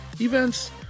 events